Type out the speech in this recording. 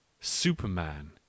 superman